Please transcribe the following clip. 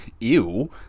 Ew